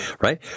right